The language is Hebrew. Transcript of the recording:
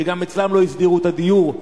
שגם אצלם לא הסדירו את הדיור,